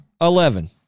Eleven